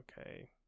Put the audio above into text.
okay